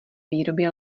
výrobě